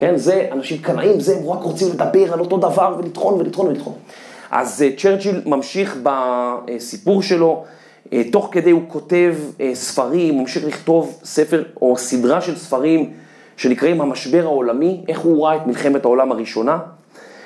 כן? זה אנשים קנאים, זה הם רק רוצים לדבר על אותו דבר ולטחון ולטחון ולטחון. אז צ'רצ'יל ממשיך בסיפור שלו, תוך כדי הוא כותב ספרים, הוא ממשיך לכתוב ספר או סדרה של ספרים שנקראים המשבר העולמי, איך הוא ראה את מלחמת העולם הראשונה.